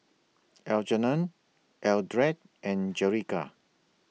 Algernon Eldred and Jerica